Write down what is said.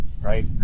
right